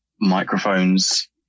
microphones